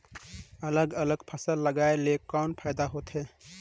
अलग अलग फसल लगाय ले कौन फायदा होथे?